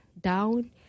down